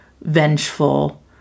vengeful